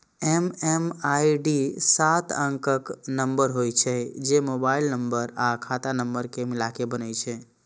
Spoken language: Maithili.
एम.एम.आई.डी सात अंकक नंबर होइ छै, जे मोबाइल नंबर आ खाता नंबर कें मिलाके बनै छै